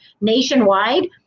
nationwide